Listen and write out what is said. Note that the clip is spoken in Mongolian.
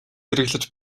хэрэглэж